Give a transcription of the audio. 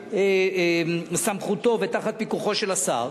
וזה בסמכותו ובפיקוחו של השר,